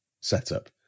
setup